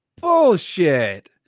bullshit